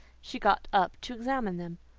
she got up to examine them.